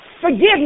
Forgiveness